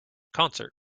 concert